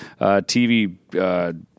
TV